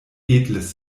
edles